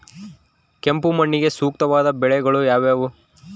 ಕೆಂಪು ಮಣ್ಣಿಗೆ ಸೂಕ್ತವಾದ ಬೆಳೆಗಳು ಯಾವುವು?